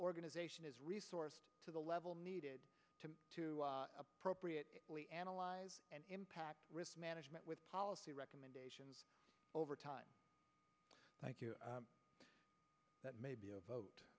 organization is resourced to the level needed to to appropriate we analyze and impact risk management with policy recommendations over time thank you that may be a vote